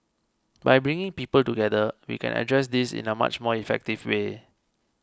by bringing people together we can address this in a much more effective way